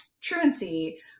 truancy